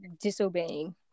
disobeying